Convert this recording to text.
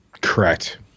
Correct